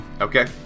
Okay